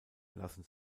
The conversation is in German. lassen